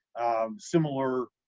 um, similar,